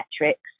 metrics